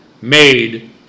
made